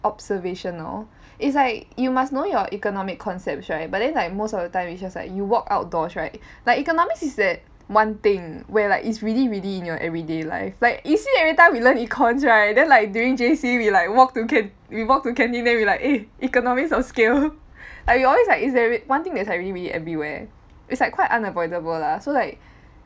observational it's like you must know your economic concepts right but then like most of the time is just like you work outdoors right like economics is that one thing where like it's really really in your everyday life like you see everytime we learn econs right then like during J_C we like walk to can~ we walk to canteen then we like eh economies of scale like you always like is there one thing that is really really everywhere is like quite unavoidable lah so like